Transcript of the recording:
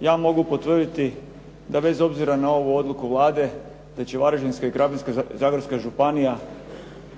ja mogu potvrditi da bez obzira na ovu odluku Vlade, da Varaždinska i Krapinsko-zagorska županija